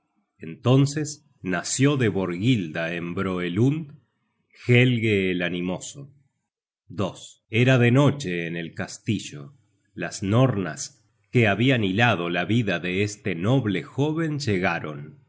entonces nació de borghilda en broelund helge el animoso era de noche en el castillo las nornas que habian hilado la vida de este noble jóven lle